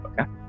okay